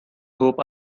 hope